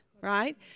right